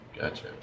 gotcha